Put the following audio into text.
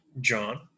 John